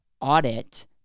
audit